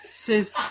Says